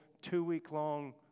two-week-long